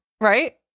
right